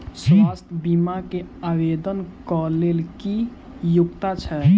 स्वास्थ्य बीमा केँ आवेदन कऽ लेल की योग्यता छै?